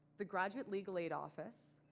the graduate legal aid office,